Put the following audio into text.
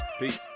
Peace